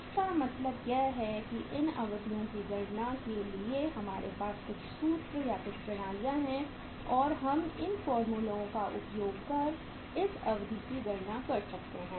इसका मतलब यह है की इन अवधियों की गणना के लिए हमारे पास कुछ सूत्र या कुछ प्रणालियाँ हैं और हम इन फार्मूला का उपयोग कर इस अवधि की गणना कर सकते हैं